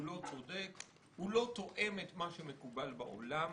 לא תואם את מה שמקובל בעולם.